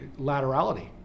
laterality